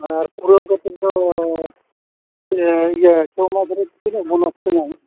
ᱟᱨ ᱯᱩᱨᱟᱹᱣ ᱠᱟᱛᱮᱫ ᱫᱚ ᱤᱭᱟᱹ ᱪᱷᱚ ᱢᱟᱥ ᱨᱮ ᱛᱤᱱᱟᱹᱜ ᱵᱳᱱᱟᱥ ᱯᱮ ᱧᱟᱢᱮᱜᱼᱟ